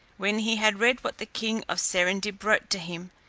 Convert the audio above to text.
when he had read what the king of serendib wrote to him,